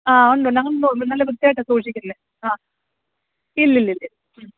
ആ ഉണ്ട് ഉണ്ട് അങ്ങനെ ഉണ്ട് നല്ല വൃത്തിയായിട്ടാണ് സൂക്ഷിക്കുന്നത് ആ ഇല്ല ഇല്ല ഇല്ല ഇല്ല